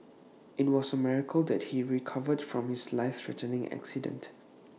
IT was A miracle that he recovered from his life threatening accident